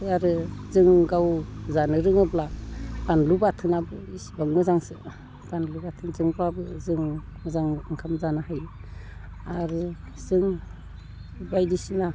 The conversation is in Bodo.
आरो जों गाव जानो रोङोब्ला बानलु बाथोनाबो बेसेबां मोजांसो बानलु बाथोनब्लाबो जों मोजां ओंखाम जानो हायो आरो जों बायदिसिना